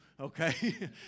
okay